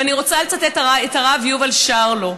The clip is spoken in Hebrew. ואני רוצה לצטט את הרב יובל שרלו: